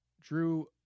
Drew